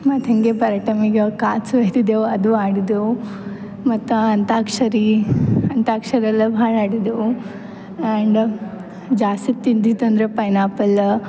ಮತ್ತು ಹೀಗೆ ಪಾರ್ಟ್ಟೈಮಿಗೆ ನಾವು ಕಾರ್ಡ್ಸ್ ಒಯ್ತಿದ್ದೆವು ಅದು ಆಡಿದ್ದೆವು ಮತ್ತು ಅಂತ್ಯಾಕ್ಷರಿ ಅಂತ್ಯಾಕ್ಷರಿ ಎಲ್ಲ ಭಾಳ ಆಡಿದ್ದೆವು ಆ್ಯಂಡ ಜಾಸ್ತಿ ತಿಂದಿದಂದರೆ ಪೈನಾಪಲ್ಲ